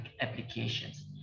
applications